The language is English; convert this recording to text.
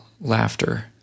laughter